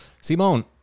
Simone